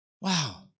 wow